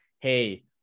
hey